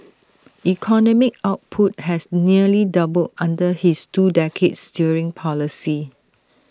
economic output has nearly doubled under his two decades steering policy